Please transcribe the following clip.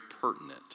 pertinent